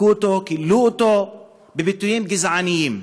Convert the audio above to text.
הכו אותו, קיללו אותו בביטויים גזעניים.